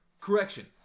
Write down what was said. Correction